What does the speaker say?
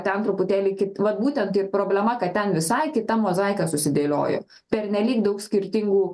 ten truputėlį kit vat būtent ir problema kad ten visai kita mozaika susidėlioja pernelyg daug skirtingų